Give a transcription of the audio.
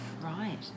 Right